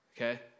okay